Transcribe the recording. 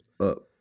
up